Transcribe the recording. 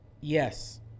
yes